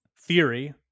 theory